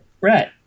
Right